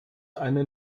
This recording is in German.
eine